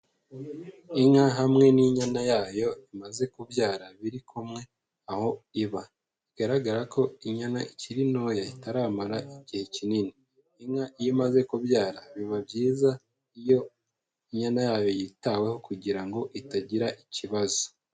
Inka hamwe n'inyana yayo imaze kubyara biri kumwe aho iba, bigaragara ko inyana ikiri ntoya itaramara igihe kinini. Inka iyo imaze kubyara biba byiza iyo inyana yayo yitaweho kugira ngo itagira ikibazo.